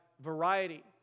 variety